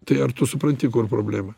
tai ar tu supranti kur problema